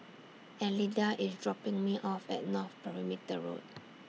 Elida IS dropping Me off At North Perimeter Road